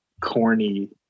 corny